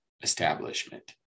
establishment